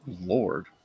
Lord